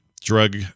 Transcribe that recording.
drug